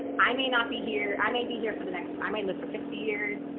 i may not be here i may be here for the next i might live for fifty years.